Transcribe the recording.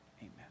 amen